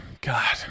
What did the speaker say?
God